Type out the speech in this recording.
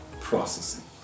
processing